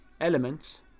elements